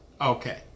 Okay